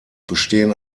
bestehen